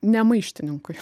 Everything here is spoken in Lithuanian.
ne maištininkui